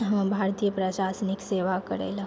हमे भारतीय प्रशासनिक सेवा करै लए